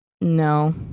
No